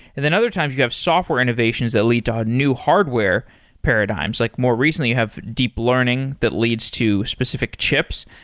and then other times you have software innovations that lead to a new hardware paradigms. like more recently, you have deep learning that leads to specific chips.